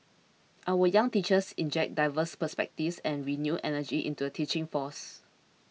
our young teachers inject diverse perspectives and renewed energy into the teaching force